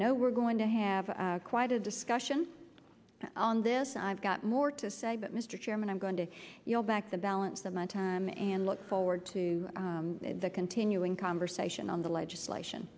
know we're going to have quite a discussion on this i've got more to say but mr chairman i'm going to yield back the balance of my time and look forward to the continuing conversation on the legislation